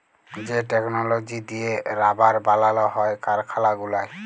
যে টেকললজি দিঁয়ে রাবার বালাল হ্যয় কারখালা গুলায়